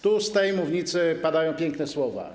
Tu, z tej mównicy, padają piękne słowa.